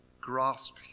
grasp